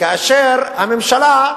כאשר הממשלה,